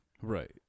Right